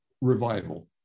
revival